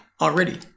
already